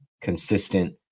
consistent